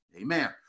amen